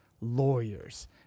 lawyers